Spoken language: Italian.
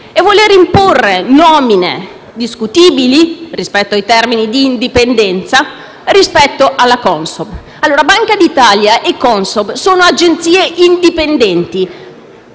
e imporre nomine discutibili in termini di indipendenza rispetto alla Consob. Banca d'Italia e Consob sono agenzie indipendenti,